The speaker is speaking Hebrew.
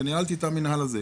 כשניהלתי את המינהל הזה,